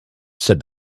said